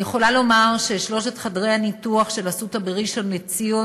אני יכולה לומר ששלושת חדרי הניתוח של "אסותא" בראשון-לציון,